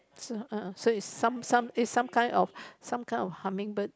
so uh so is some some is some kind of some kind of hummingbird